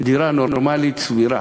לדירה נורמלית, סבירה.